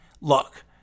Look